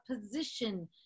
position